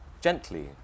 gently